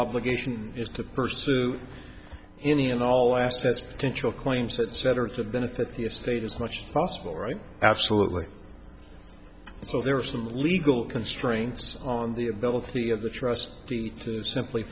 obligation is to pursue any and all assets potential claims that center to benefit the estate as much as possible right absolutely so there are some legal constraints on the ability of the trustee to simply